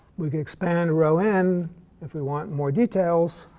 we can expand rho n if we want more details,